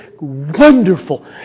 wonderful